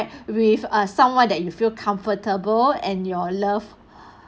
with uh someone that you feel comfortable and your love